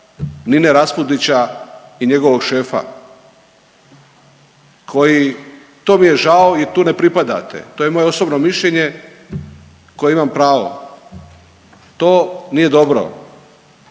Nine Raspudića i njegovog šefa koji, to mi je žao i tu ne pripadate, to je moje osobno mišljenje koje imam pravo. To nije dobro.